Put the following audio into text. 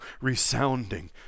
resounding